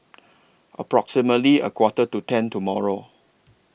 approximately A Quarter to ten tomorrow